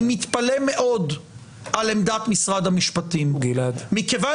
אני מתפלא מאוד על עמדת משרד המשפטים מכיוון